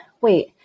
wait